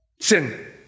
Sin